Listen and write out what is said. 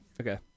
okay